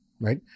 right